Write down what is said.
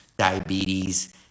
diabetes